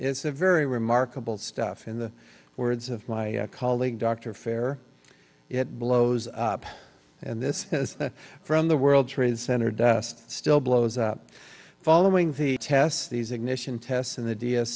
it's a very remarkable stuff in the words of my colleague dr fair it blows up and this is from the world trade center dust still blows up following the tests these ignition tests and the d s